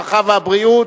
הרווחה והבריאות,